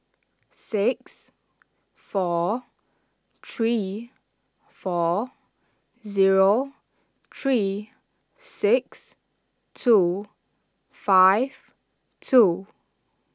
six four three four zero three six two five two